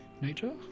Nature